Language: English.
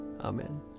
Amen